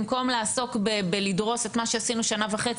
במקום לעסוק בלדרוס את מה שעשינו שנה וחצי,